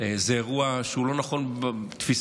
זה אירוע שהוא לא נכון תפיסתית,